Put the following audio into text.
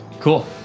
Cool